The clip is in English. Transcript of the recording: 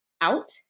out